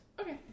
Okay